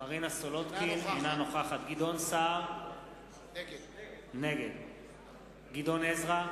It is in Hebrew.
אינה נוכחת גדעון סער, נגד גדעון עזרא,